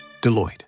Deloitte